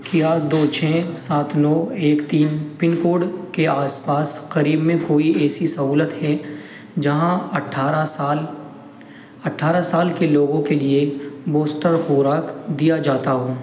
کیا دو چھ سات نو ایک تین پن کوڈ کے آس پاس قریب میں کوئی ایسی سہولت ہے جہاں اٹھارہ سال اٹھارہ سال کے لوگوں کے لیے بوسٹر خوراک دیا جاتا ہو